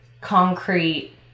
concrete